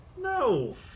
No